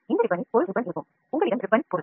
இங்கே பாருங்கள் உங்களிடத்தில் ஒரு ரிப்பன் உள்ளது